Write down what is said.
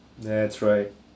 that's right